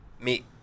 meet